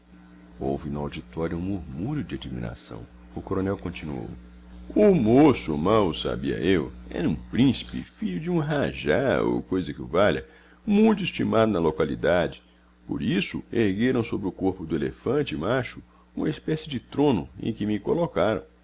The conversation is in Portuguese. houve no auditório um murmúrio de admiração o coronel continuou o moço mal o sabia eu era um príncipe filho de um rajá ou coisa que o valha muito estimado na localidade por isso ergueram sobre o corpo do elefante macho uma espécie de trono em que me colocaram